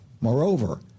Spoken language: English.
Moreover